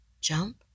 jump